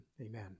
Amen